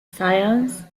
science